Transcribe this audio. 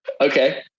Okay